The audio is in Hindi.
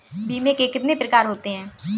बीमे के कितने प्रकार हैं?